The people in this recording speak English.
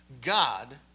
God